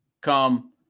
Come